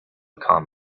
calm